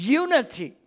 unity